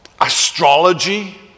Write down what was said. astrology